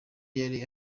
yari